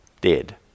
dead